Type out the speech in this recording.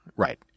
Right